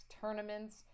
tournaments